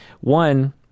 one